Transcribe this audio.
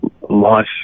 life